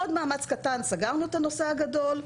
עוד מאמץ קטן סגרנו את הנושא הגדול,